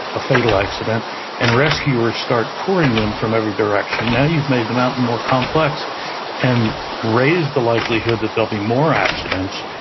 a fatal accident and rescuers start pouring in from every direction. now, you've made the mountain more complex and raised the likelihood that there'll be more accidents.